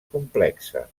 complexa